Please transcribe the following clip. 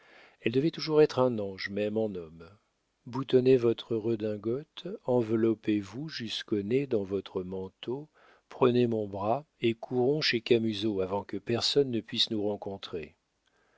elle devait toujours être un ange même en homme boutonnez votre redingote enveloppez vous jusqu'au nez dans votre manteau prenez mon bras et courons chez camusot avant que personne ne puisse nous rencontrer